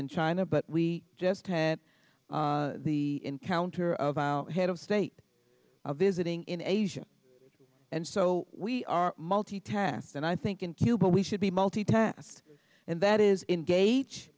in china but we just had the encounter of our head of state of visiting in asia and so we are multitask and i think in cuba we should be multitasking and that is in gauge